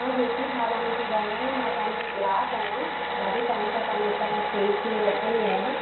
मां ज्योति थारवानी थी ॻाल्हायां मां तव्हांजी ग्राहक आहियां ॾाढे टाइम सां तव्हांजी इतां मां केक हीअ वठंदी आहियां